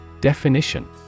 Definition